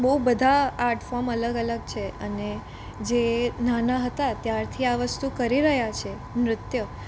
બઉ બધા art form અલગ અલગ છે અને જે નાના હતા ત્યારથી આ વસ્તુ કરી રહ્યા છે નૃત્ય